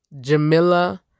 Jamila